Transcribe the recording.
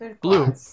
Blue